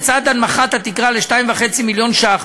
לצד הנמכת התקרה ל-2.5 מיליון ש"ח,